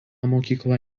mokykla